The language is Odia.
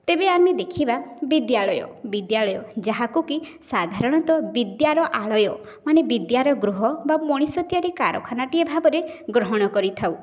ତେବେ ଆମେ ଦେଖିବା ବିଦ୍ୟାଳୟ ବିଦ୍ୟାଳୟ ଯାହାକୁ କି ସାଧାରଣତଃ ବିଦ୍ୟାର ଆଳୟ ମାନେ ବିଦ୍ୟାର ଗୃହ ବା ମଣିଷ ତିଆରି କାରଖାନାଟିଏ ଭାବରେ ଗ୍ରହଣ କରିଥାଉ